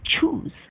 choose